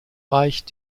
reicht